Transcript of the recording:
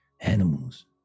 animals